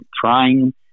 trying